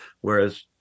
whereas